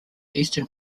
eastern